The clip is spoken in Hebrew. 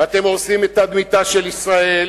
ואתם הורסים את תדמיתה של ישראל